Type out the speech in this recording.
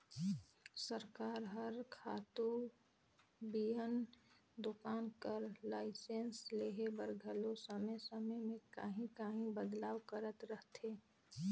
सरकार हर खातू बीहन दोकान कर लाइसेंस लेहे बर घलो समे समे में काहीं काहीं बदलाव करत रहथे